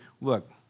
look